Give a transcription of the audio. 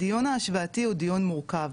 הדיון ההשוואתי הוא דיון מורכב,